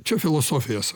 čia filosofijos